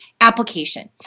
application